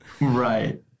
right